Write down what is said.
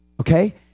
okay